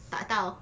tak tahu